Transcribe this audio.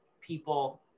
people